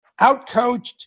outcoached